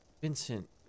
Vincent